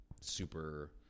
super